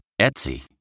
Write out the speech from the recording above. Etsy